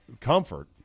comfort